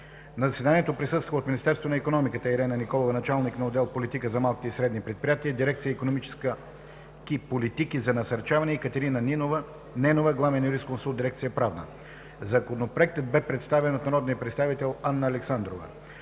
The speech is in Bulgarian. На заседанието присъстваха – от Министерството на икономиката: Ирена Николова – началник на отдел „Политика за малките и средните предприятия“, дирекция „Икономически политики за насърчаване“, и Катерина Ненова – главен юрисконсулт в дирекция „Правна“. Законопроектът бе представен от народния представител Анна Александрова.